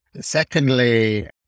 Secondly